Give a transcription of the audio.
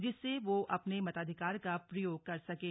जिससे वह अपने मताधिकार का प्रयोग कर सकें